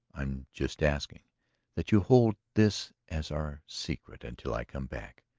i am just asking that you hold this as our secret until i come back.